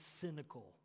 cynical